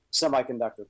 semiconductor